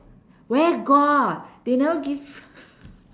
where got they never give